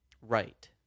Right